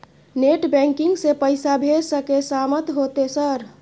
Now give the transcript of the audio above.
Net banking से पैसा भेज सके सामत होते सर?